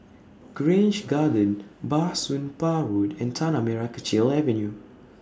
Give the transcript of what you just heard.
Grange Garden Bah Soon Pah Road and Tanah Merah Kechil Avenue